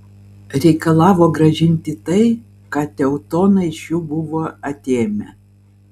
reikalavo grąžinti tai ką teutonai iš jų buvo atėmę